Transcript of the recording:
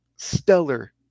stellar